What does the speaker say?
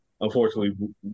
unfortunately